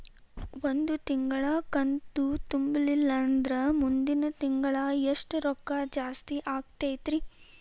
ಒಂದು ತಿಂಗಳಾ ಕಂತು ತುಂಬಲಿಲ್ಲಂದ್ರ ಮುಂದಿನ ತಿಂಗಳಾ ಎಷ್ಟ ರೊಕ್ಕ ಜಾಸ್ತಿ ಆಗತೈತ್ರಿ?